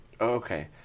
Okay